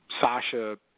Sasha